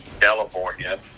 California